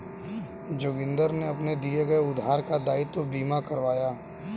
जोगिंदर ने अपने दिए गए उधार का दायित्व बीमा करवाया